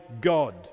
god